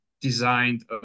designed